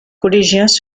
collégiens